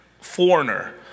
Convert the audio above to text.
foreigner